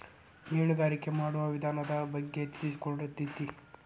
ಮೇನುಗಾರಿಕೆ ಮಾಡುವ ವಿಧಾನದ ಬಗ್ಗೆ ತಿಳಿಸಿಕೊಡತತಿ